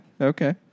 okay